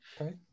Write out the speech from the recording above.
okay